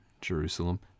Jerusalem